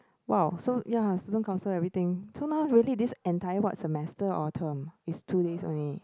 !wow! so ya student council everything so now really this entire what semester or term is two days only